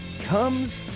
comes